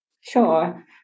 Sure